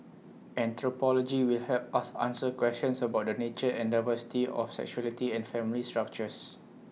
anthropology will help us answer questions about the nature and diversity of sexuality and family structures